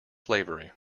slavery